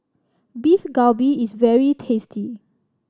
Beef Galbi is very tasty